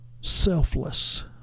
selfless